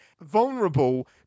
vulnerable